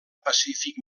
pacífic